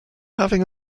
having